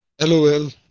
LOL